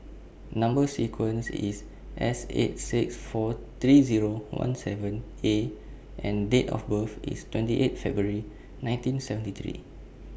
Number sequence IS S eight six four three Zero one seven A and Date of birth IS twenty eight February nineteen seventy three